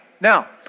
now